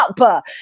up